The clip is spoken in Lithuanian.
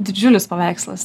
didžiulis paveikslas